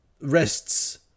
rests